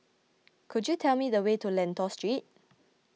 could you tell me the way to Lentor Street